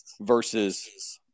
versus